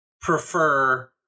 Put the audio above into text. prefer